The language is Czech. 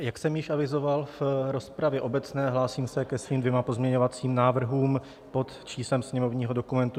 Jak jsem již avizoval v rozpravě obecné, hlásím se ke svým dvěma pozměňovacím návrhům pod číslem sněmovního dokumentu 7450 a 7452.